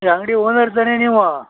ಈ ಅಂಗಡಿ ಓನರ್ ತಾನೇ ನೀವು